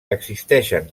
existeixen